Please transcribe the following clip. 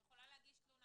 את יכולה להגיש תלונה